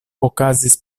okazis